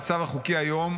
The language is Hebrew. במצב החוקי היום,